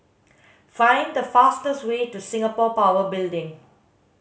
find the fastest way to Singapore Power Building